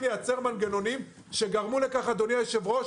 לייצר מנגנונים שגרמו לכך אדוני היושב-ראש,